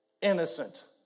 innocent